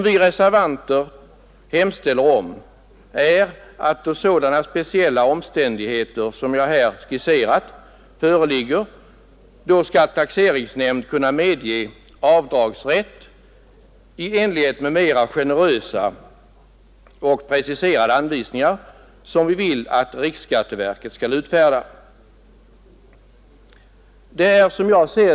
Vi reservanter vill att då de speciella omständigheter som jag här skisserat föreligger skall taxeringsnämnd kunna medgiva avdrag i enlighet med generösa och preciserade anvisningar som vi hemställer att riksskatteverket skall få i uppdrag att utfärda.